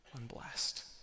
unblessed